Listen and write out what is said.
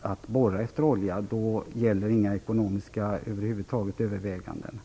att borra efter olja, då gäller inga ekonomiska överväganden.